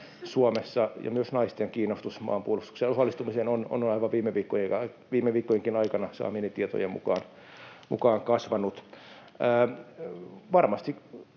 Suomessa, ja myös naisten kiinnostus maanpuolustukseen osallistumiseen on aivan viime viikkojenkin aikana saamieni tietojen mukaan kasvanut. Varmasti,